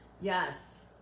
yes